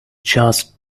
just